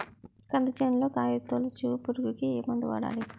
కంది చేనులో కాయతోలుచు పురుగుకి ఏ మందు వాడాలి?